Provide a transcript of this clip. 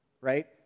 right